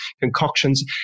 concoctions